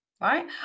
Right